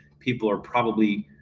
people are probably.